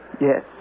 Yes